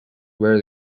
where